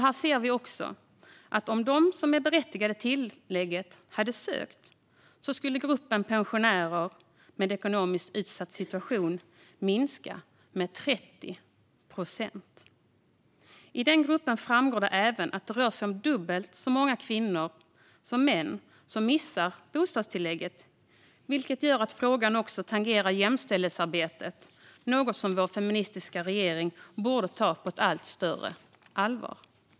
Här ser vi att om de som är berättigade till tillägget hade sökt skulle gruppen pensionärer med ekonomiskt utsatt situation minska med 30 procent. Det framgår även att det i den gruppen rör sig om dubbelt så många kvinnor som män som missar bostadstillägget. Det gör att frågan också tangerar jämställhetsarbetet, något som vår feministiska regering borde ta på ett allt större allvar.